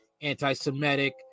anti-Semitic